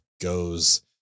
goes